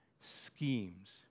schemes